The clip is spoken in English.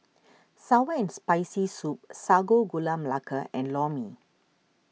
Sour and Spicy Soup Sago Gula Melaka and Lor Mee